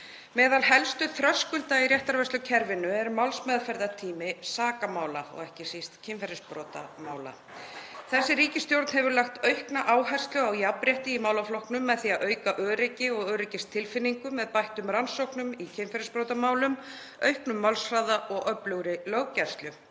Meðal helstu þröskulda í réttarvörslukerfinu er málsmeðferðartími sakamála og ekki síst kynferðisbrotamála. Þessi ríkisstjórn hefur lagt aukna áherslu á jafnrétti í málaflokknum með því að auka öryggi og öryggistilfinningu með bættum rannsóknum í kynferðisbrotamálum, auknum málshraða og öflugri löggæslu.